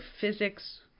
physics